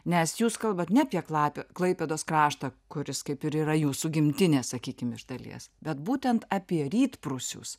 nes jūs kalbat ne apie klape klaipėdos kraštą kuris kaip ir yra jūsų gimtinė sakykim iš dalies bet būtent apie rytprūsius